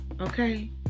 Okay